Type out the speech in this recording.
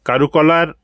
কারুকলার